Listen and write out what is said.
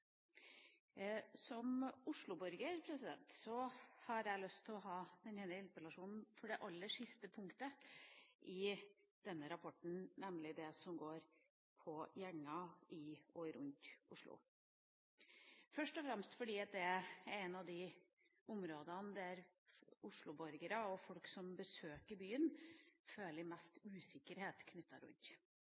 Som osloborger har jeg lyst til å ha denne interpellasjonen for det aller siste punktet i denne rapporten, nemlig det som går på gjenger i og rundt Oslo, først og fremst fordi det er et av de områdene osloborgere og folk som besøker byen, føler det er mest usikkerhet